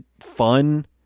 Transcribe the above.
fun